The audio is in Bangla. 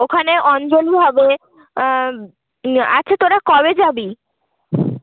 ওখানে অঞ্জলি হবে আচ্ছা তোরা কবে যাবি